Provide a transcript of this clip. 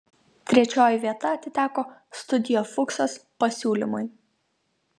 trečioji vieta atiteko studio fuksas pasiūlymui